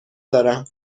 دارم